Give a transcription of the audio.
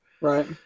Right